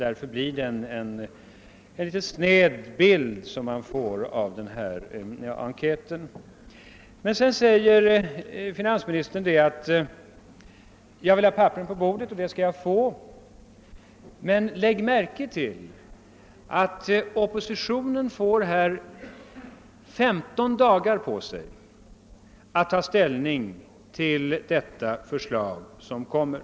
Därför blir den bild man får av enkäten litet snäv och lätt missvisande. Jag sade att jag vill ha papperen på bordet, och nu säger finansministern att det skall jag få. Men lägg märke till att oppositionen får 15 dagar på sig att ta ställning till det förslag som kommer!